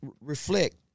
reflect